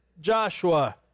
Joshua